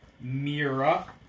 Mira